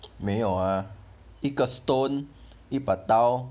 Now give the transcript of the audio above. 没有 ah 一个 stone 一把刀